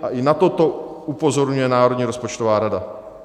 A i na toto upozorňuje Národní rozpočtová rada.